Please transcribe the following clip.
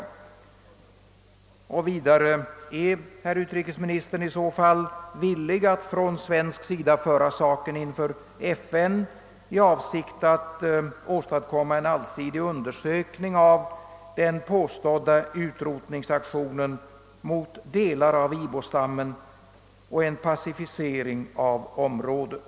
Är herr utrikesministern i så fall villig att från svensk sida föra saken inför FN i avsikt att åstadkomma en allsidig undersökning av den påstådda utrotningsaktionen mot delar av ibo-stammen och en pacificering av området?